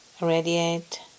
radiate